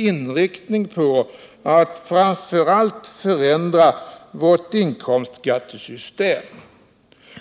Inriktningen har varit att framför allt förändra vårt inkomstskattesystem,